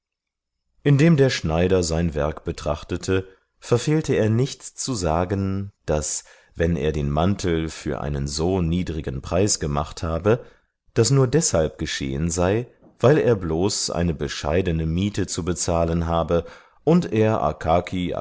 indem der schneider sein werk betrachtete verfehlte er nicht zu sagen daß wenn er den mantel für einen so niedrigen preis gemacht habe das nur deshalb geschehen sei weil er bloß eine bescheidene miete zu bezahlen habe und er